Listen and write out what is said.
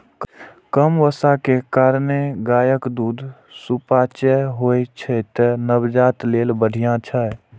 कम बसा के कारणें गायक दूध सुपाच्य होइ छै, तें नवजात लेल बढ़िया छै